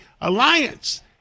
alliance